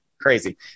crazy